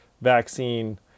vaccine